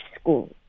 school